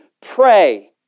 pray